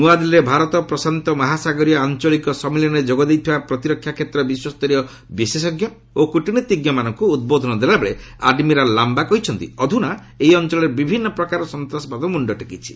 ନୂଆଦିଲ୍ଲୀରେ ଭାରତ ପ୍ରଶାନ୍ତମହାସାଗରୀୟ ଆଞ୍ଚଳିକ ସମ୍ମିଳନୀରେ ଯୋଗଦେଇଥିବା ପ୍ରତୀରକ୍ଷା ଷେତ୍ରର ବିଶ୍ୱସ୍ତରୀୟ ବିଶେଷଜ୍ଞ ଓ କୂଟନୀତିଜ୍ଞମାନଙ୍କୁ ଉଦ୍ବୋଧନ ଦେଲାବେଳେ ଆଡମିରାଲ ଲାମ୍ଭା କହିଛନ୍ତି ଅଧୁନା ଏହି ଅଞ୍ଚଳରେ ବିଭିନ୍ନ ପ୍ରକାର ସନ୍ତାସବାଦ ମୁଣ୍ଡ ଟେକିଛି